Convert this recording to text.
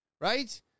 right